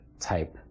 type